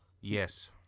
Yes